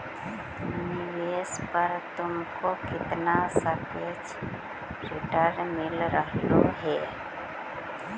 निवेश पर तुमको कितना सापेक्ष रिटर्न मिल रहलो हे